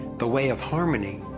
the way of harmony,